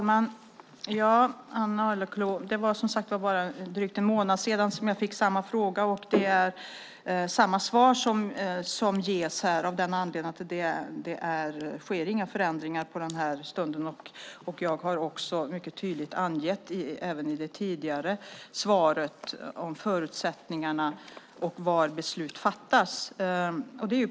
Herr talman! Det var som sagt var bara drygt en månad sedan som jag fick samma fråga av Ann Arleklo, och det är samma svar som ges nu av den anledningen att det inte skett några förändringar sedan dess. Jag har även i det tidigare svaret mycket tydligt angett förutsättningarna och var besluten fattas.